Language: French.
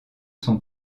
son